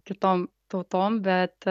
kitom tautom bet